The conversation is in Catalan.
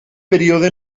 període